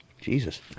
Jesus